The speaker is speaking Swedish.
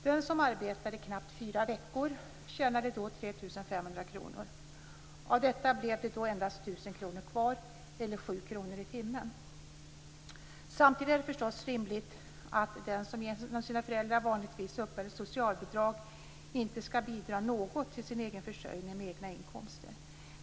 Den som arbetade knappt fyra veckor tjänade 3 500 kr. Av detta blev det då endast 1 000 kr kvar eller 7 kr i timmen. Samtidigt är det förstås inte rimligt att den som genom sina föräldrar vanligtvis uppbär socialbidrag inte skall bidra något till sin egen försörjning med egna inkomster.